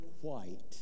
white